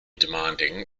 demanding